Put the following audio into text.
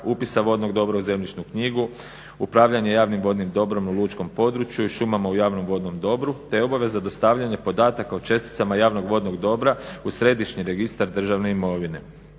upisa vodnog dobra u zemljišnu knjigu, upravljanje javnim vodnim dobrom u lučkom području i šumama u javnom vodnom dobru te obaveza dostavljanja podataka o česticama javnog vodnog dobra u Središnji registar državne imovine.